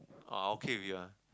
oh I okay with it ah